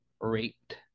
rate